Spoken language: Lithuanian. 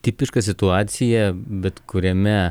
tipiška situacija bet kuriame